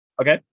Okay